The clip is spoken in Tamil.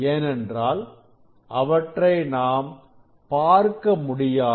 ஏனென்றால் அவற்றை நாம் பார்க்க முடியாது